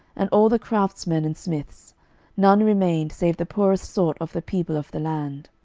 and all the craftsmen and smiths none remained, save the poorest sort of the people of the land.